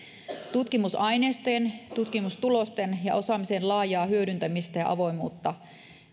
tutkimusaineistojen tutkimustulosten ja osaamisen laajaa hyödyntämistä ja avoimuutta